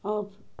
of